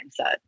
mindset